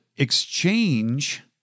exchange